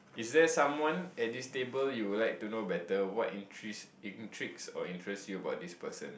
is there someone at this table you would like to know better what in treats in tricks or interest you about this person